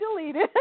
deleted